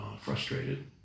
frustrated